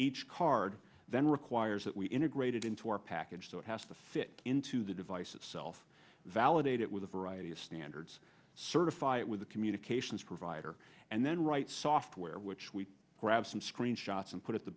each card then requires that we integrated into our package so it has to fit into the device itself validate it with a variety of standards certify it with a communications provider and then write software which we grab some screenshots and put at the